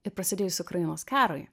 ir prasidėjus ukrainos karui